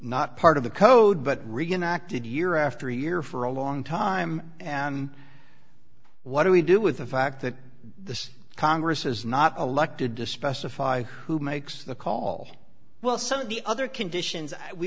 not part of the code but reenacted year after year for a long time and what do we do with the fact that the congress is not elected to specify who makes the call well some of the other conditions we